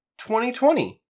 2020